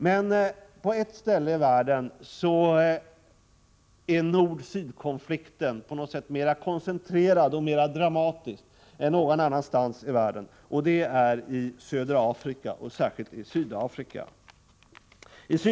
Men på ett ställe i världen är nord-syd-konflikten mer koncentrerad och mer dramatisk än någon annanstans i världen, nämligen i södra Afrika och särskilt i Sydafrika.